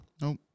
Nope